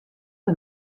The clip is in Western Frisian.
der